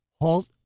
halt